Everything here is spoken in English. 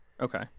Okay